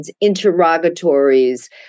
interrogatories